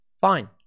Fine